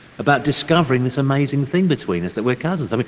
about discovering this amazing thing between us. that we're cousins. i mean